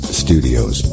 studios